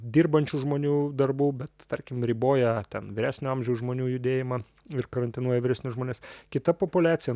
dirbančių žmonių darbų bet tarkim riboja ten vyresnio amžiaus žmonių judėjimą ir karantinuoja vyresnius žmones kita populiacija